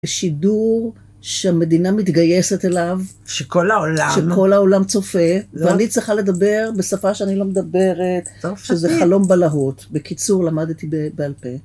זה שידור שהמדינה מתגייסת אליו, שכל העולם - שכל העולם צופה, ואני צריכה לדבר בשפה שאני לא מדברת שזה חלום בלהות, בקיצור למדתי בעל פה